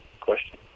question